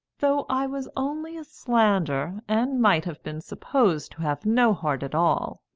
though i was only a slander, and might have been supposed to have no heart at all,